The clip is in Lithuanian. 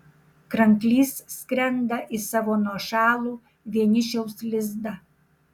kranklys skrenda į savo nuošalų vienišiaus lizdą